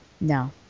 no